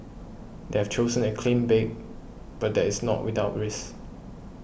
they have chosen a clean break but that is not without risk